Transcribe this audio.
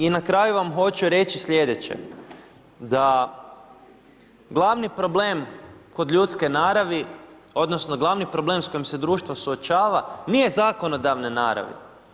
I na kraju vam hoću reći slijedeće, da glavni problem kod ljudske naravi odnosno glavni problem s kojim se društvo suočava nije zakonodavne naravi.